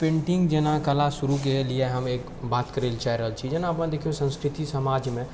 painting जेना कला शुरू करैके लिए हम एक बात करैलए चाहि रहल छी जेना अपन देखिऔ संस्कृति समाजमे